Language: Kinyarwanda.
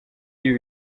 y’ibi